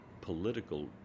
political